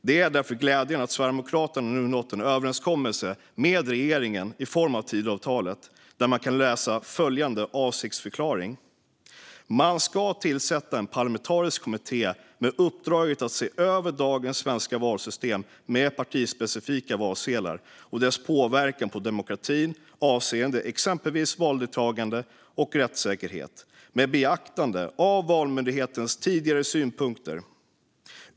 Det är därför glädjande att Sverigedemokraterna nu har nått en överenskommelse med regeringen i form av Tidöavtalet, där man kan läsa följande avsiktsförklaring: "Tillsätt en parlamentarisk kommitté med uppdraget att se över dagens svenska valsystem med partispecifika valsedlar och dess påverkan på demokratin avseende exempelvis valdeltagande och rättssäkerhet, med beaktande av Valmyndighetens tidigare synpunkter.